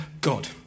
God